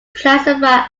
classified